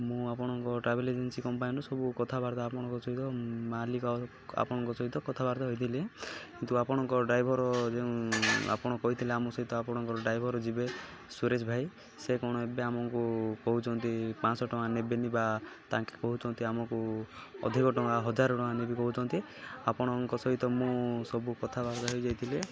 ମୁଁ ଆପଣଙ୍କ travel agency କମ୍ପାନୀରୁ ସବୁ କଥାବାର୍ତ୍ତା ଆପଣଙ୍କ ସହିତ ମାଲିକ ଆପଣଙ୍କ ସହିତ କଥାବାର୍ତ୍ତା ହୋଇଥିଲି କିନ୍ତୁ ଆପଣଙ୍କ ଡ୍ରାଇଭର ଯେଉଁ ଆପଣ କହିଥିଲେ ଆମ ସହିତ ଆପଣଙ୍କର ଡ୍ରାଇଭର ଯିବେ ସୁରେଜ ଭାଇ ସେ କ'ଣ ଏବେ ଆମକୁ କହୁଛନ୍ତି ପାଞ୍ଚଶହ ଟଙ୍କା ନେବେନି ବା ତାଙ୍କେ କହୁଛନ୍ତି ଆମକୁ ଅଧିକ ଟଙ୍କା ହଜାର ଟଙ୍କା ନେବି କହୁଛନ୍ତି ଆପଣଙ୍କ ସହିତ ମୁଁ ସବୁ କଥାବାର୍ତ୍ତା ହୋଇଯାଇଥିଲେ